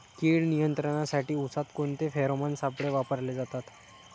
कीड नियंत्रणासाठी उसात कोणते फेरोमोन सापळे वापरले जातात?